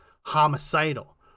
homicidal